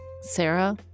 Sarah